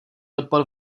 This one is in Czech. odpor